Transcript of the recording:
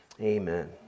Amen